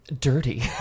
Dirty